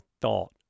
thought